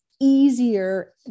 easier